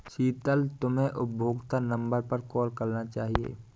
शीतल, तुम्हे उपभोक्ता नंबर पर कॉल करना चाहिए